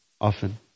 often